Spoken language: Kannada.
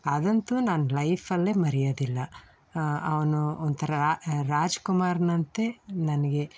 ಅದಂತೂ ನಾನು ಲೈಫಲ್ಲೇ ಮರೆಯೋದಿಲ್ಲ ಅವನು ಒಂಥರ ರಾಜ್ ಕುಮಾರ್ನಂತೆ ನನಗೆ